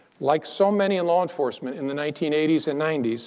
like so many in law enforcement in the nineteen eighty s and ninety s,